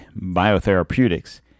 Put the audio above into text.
Biotherapeutics